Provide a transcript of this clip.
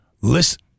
Listen